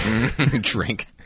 drink